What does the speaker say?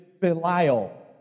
Belial